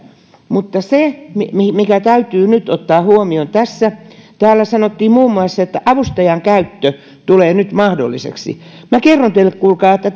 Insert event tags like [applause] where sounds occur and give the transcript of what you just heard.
mutta se mikä täytyy nyt ottaa huomioon tässä täällä sanottiin muun muassa että avustajan käyttö tulee nyt mahdolliseksi minä kerron teille kuulkaa että [unintelligible]